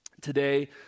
Today